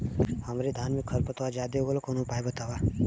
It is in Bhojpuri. हमरे धान में खर पतवार ज्यादे हो गइल बा कवनो उपाय बतावा?